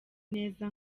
neza